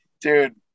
dude